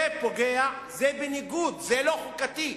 זה פוגע, זה לא חוקתי.